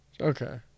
Okay